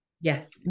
yes